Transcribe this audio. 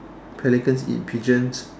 pelicans eats pigeons